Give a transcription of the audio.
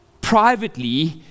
privately